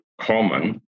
common